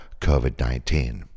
COVID-19